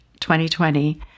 2020